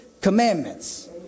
commandments